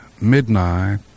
Midnight